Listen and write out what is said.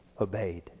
obeyed